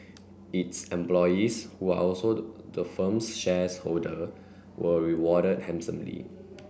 its employees who are also the the firm's shares holder were rewarded handsomely